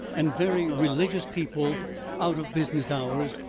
and very religious people out of business hours,